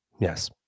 yes